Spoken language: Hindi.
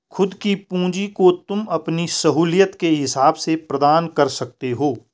खुद की पूंजी को तुम अपनी सहूलियत के हिसाब से प्रदान कर सकते हो